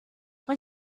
when